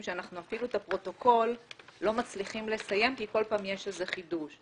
שאנחנו אפילו את הפרוטוקול לא מצליחים לסיים כי כל פעם יש איזה חידוש.